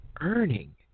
earning